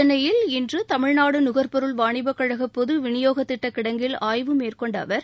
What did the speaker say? சென்னையில் இன்று தமிழ்நாடு நுகர்பொருள் வாணிபக் கழக பொது விநியோக திட்ட கிடங்கில் ஆய்வு மேற்கொண்ட அவர்